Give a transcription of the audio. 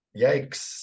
yikes